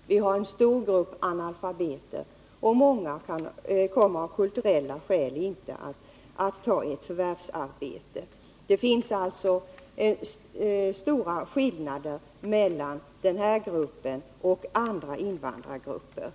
eftersom det i den finns en stor grupp av analfabeter och många som av kulturella skäl inte kommer att ta förvärvsarbete. Det finns alltså stora skillnader mellan den här gruppen och andra invandrargrupper.